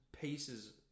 pieces